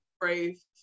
brave